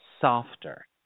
softer